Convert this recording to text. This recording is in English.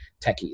techies